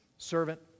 Servant